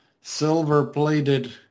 silver-plated